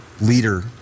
leader